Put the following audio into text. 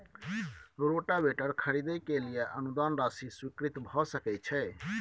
Rotavator खरीदे के लिए अनुदान राशि स्वीकृत भ सकय छैय?